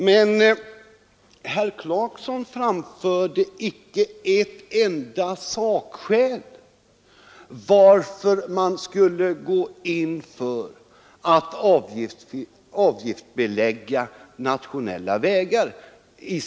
Men när herr Clarkson bemötte mig här kom han inte med ett enda sakskäl varför vi skall gå in för att avgiftsbelägga nationella vägar.